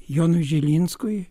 jonui žilinskui